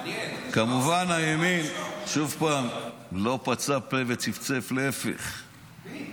כמובן, הימין שוב לא פצה פה וצפצף, להפך,